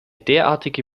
derartige